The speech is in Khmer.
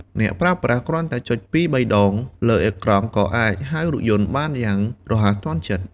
អ្នកប្រើប្រាស់គ្រាន់តែចុចពីរបីដងលើអេក្រង់ក៏អាចហៅរថយន្តបានយ៉ាងរហ័សទាន់ចិត្ត។